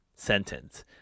sentence